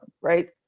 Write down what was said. right